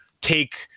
take